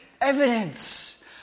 evidence